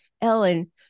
Ellen